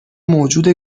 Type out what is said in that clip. موجود